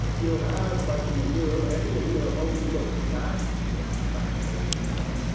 you have but to will any of your old looks back, and back they will come.